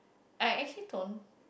I actually don't